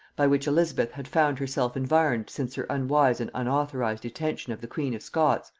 by which elizabeth had found herself environed since her unwise and unauthorized detention of the queen of scots,